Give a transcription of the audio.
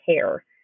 care